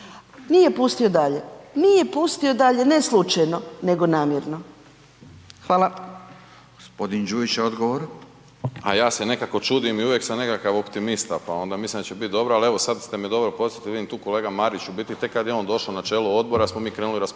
nije pustio dalje. Nije pustio dalje ne slučajno, nego namjerno. Hvala. **Radin, Furio (Nezavisni)** Gospodin Đujić odgovor. **Đujić, Saša (SDP)** Ja se nekako čudim i uvijek sam nekakav optimista, pa onda mislim da će biti dobro. Ali evo sada ste me dobro podsjetili. Vidim tu kolega Marić tek kada je on došao na čelo odbora smo mi krenuli raspravljati